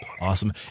Awesome